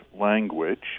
language